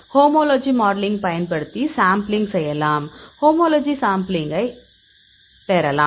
homology modeling பயன்படுத்தி sampling செய்யலாம் homology சாம்பிளிங்கை பெறலாம்